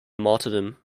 martyrdom